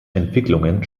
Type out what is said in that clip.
entwicklungen